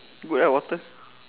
good ah water